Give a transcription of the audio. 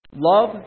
Love